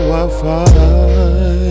Wi-Fi